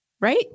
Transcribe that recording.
Right